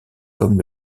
comme